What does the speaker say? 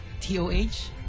T-O-H